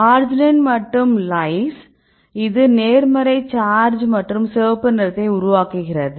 arginine மற்றும் லைஸ் இது நேர்மறை சார்ஜ் மற்றும் சிவப்பு நிறத்தை உருவாக்குகிறது